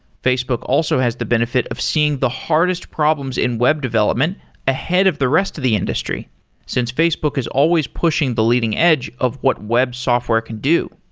facebook also has the benefit of seeing the hardest problems in web development ahead of the rest of the industry since facebook is always pushing the leading edge of what web software can do.